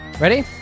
Ready